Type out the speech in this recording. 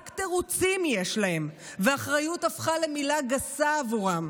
רק תירוצים יש להם, ואחריות הפכה למילה גסה עבורם.